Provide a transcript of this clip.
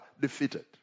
defeated